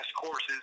courses